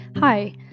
Hi